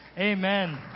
Amen